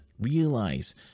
Realize